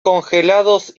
congelados